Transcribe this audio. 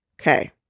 Okay